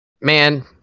Man